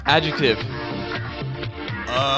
Adjective